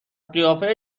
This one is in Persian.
قیافه